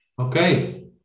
Okay